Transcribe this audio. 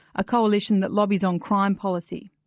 a coalition that lobbies on crime policy.